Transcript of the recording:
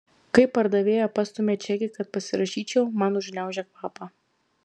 kai pardavėja pastumia čekį kad pasirašyčiau man užgniaužia kvapą